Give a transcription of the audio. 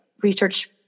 research